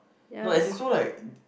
no as in so like